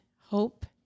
hope